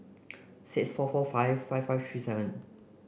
six four four five five five three seven